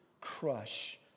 crush